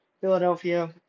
Philadelphia